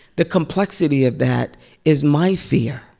the complexity of that is my fear.